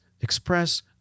Express